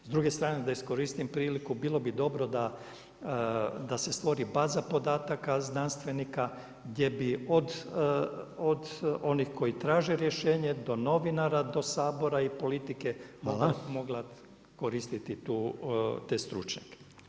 S druge strane da iskoristim priliku, bilo bi dobro da se stvori baza podataka znanstvenika gdje bi od onih koji traže rješenje, do novinara, do Sabora i politike mogla koristiti te stručnjake.